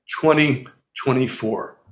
2024